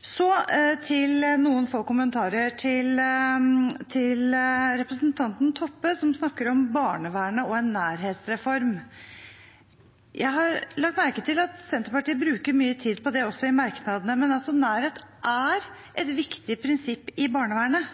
Så noen få kommentarer til representanten Toppe, som snakker om barnevernet og en nærhetsreform: Jeg har lagt merke til at Senterpartiet bruker mye tid på det også i merknadene, men nærhet er et viktig prinsipp i barnevernet.